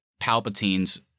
Palpatine's